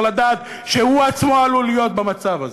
לדעת שהוא עצמו עלול להיות במצב הזה,